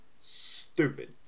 stupid